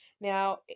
now